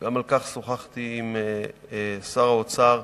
על כך שוחחתי עם שר האוצר.